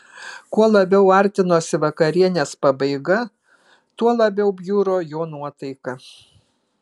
kuo labiau artinosi vakarienės pabaiga tuo labiau bjuro jo nuotaika